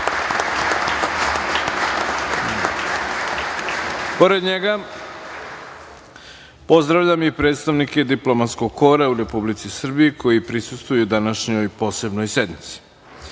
unije. Pored njega pozdravljam i predstavnike diplomatskog kora u Republici Srbiji, koji prisustvuju današnjoj posebnoj sednici. Želim